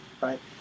right